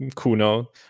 Kuno